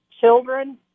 children